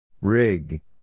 Rig